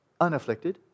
unafflicted